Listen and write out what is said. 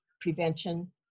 prevention